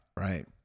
Right